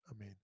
amen